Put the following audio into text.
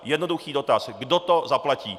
Jednoduchý dotaz kdo to zaplatí?